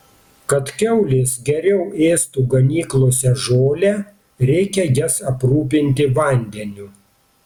kad kiaulės geriau ėstų ganyklose žolę reikia jas aprūpinti vandeniu